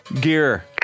gear